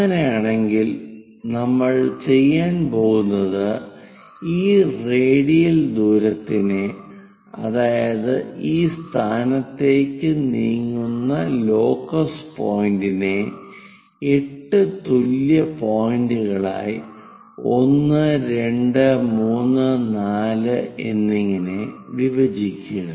അങ്ങനെയാണെങ്കിൽ നമ്മൾ ചെയ്യാൻ പോകുന്നത് ഈ റേഡിയൽ ദൂരത്തിനെ അതായത് ഈ സ്ഥാനത്തേക്ക് നീങ്ങുന്ന ലോക്കസ് പോയിന്റ്റിനെ 8 തുല്യ പോയിന്റുകളായി 1 2 3 4 എന്നിങ്ങനെ വിഭജിക്കുക